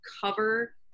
cover